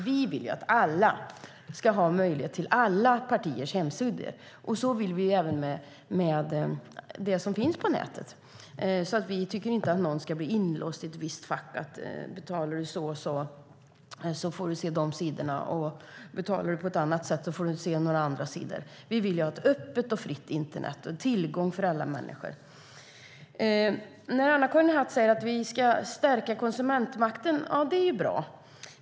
Vi vill att alla ska ha tillgång till alla partiers hemsidor. Så vill vi ha det med det som finns på nätet. Vi tycker inte att någon ska bli inlåst i ett visst fack, att om du betalar för ett visst abonnemang får du se vissa sidor och betalar du för något annat får du se andra sidor. Vi vill ha ett öppet och fritt internet. Alla människor ska ha tillgång till det. Anna-Karin Hatt säger att vi ska stärka konsumentmakten. Det är bra.